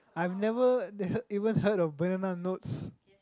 I've never even heard of banana notes